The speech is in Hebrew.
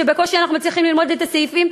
שבקושי מצליחים ללמוד את הסעיפים,